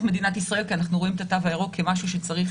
מדינת ישראל כי אנחנו רואים את התו הירוק כמשהו שצריך